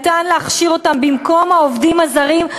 אפשר להכשיר אותם במקום העובדים הזרים.